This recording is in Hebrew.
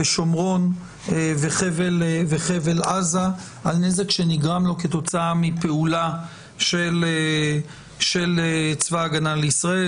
בשומרון וחבל עזה על נזק שנגרם לו כתוצאה מפעולה של צבא ההגנה לישראל,